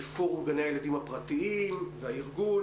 פורום גני הילדים הפרטיים והארגון,